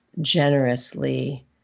generously